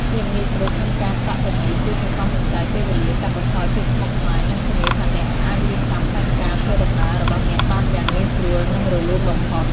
ភាពងាយស្រួលក្នុងការកក់ទាំងនេះជួយសន្សំសំចៃពេលវេលា កាត់បន្ថយភាពស្មុគស្មាញ និងធានាថាអ្នកអាចរៀបចំផែនការធ្វើដំណើររបស់អ្នកបានយ៉ាងងាយស្រួល និងរលូនបំផុត។